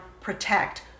Protect